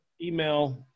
Email